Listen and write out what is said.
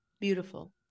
beautiful